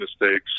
mistakes